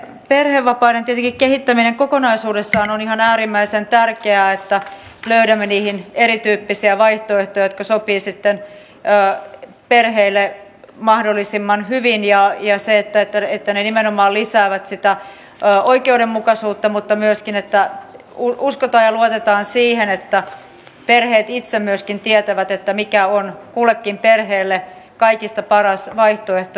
näiden perhevapaiden kehittäminen tietenkin kokonaisuudessaan on ihan äärimmäisen tärkeää että löydämme niihin erityyppisiä vaihtoehtoja jotka sopivat sitten perheille mahdollisimman hyvin ja että ne nimenomaan lisäävät sitä oikeudenmukaisuutta mutta myöskin että uskotaan ja luotetaan siihen että perheet itse myöskin tietävät mikä on kullekin perheelle kaikista paras vaihtoehto